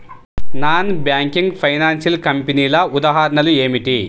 Non banking financial కంపెనీల ఉదాహరణలు ఏమిటి?